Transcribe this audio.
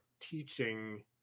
teaching